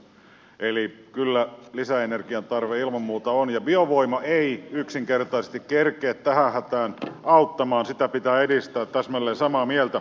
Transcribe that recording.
eli kyllä lisäenergian tarve ilman muuta on ja biovoima ei yksinkertaisesti kerkiä tähän hätään auttamaan sitä pitää edistää täsmälleen samaa mieltä